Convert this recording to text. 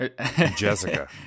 Jessica